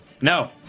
No